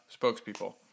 spokespeople